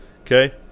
Okay